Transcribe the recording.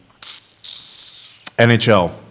NHL